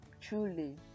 truly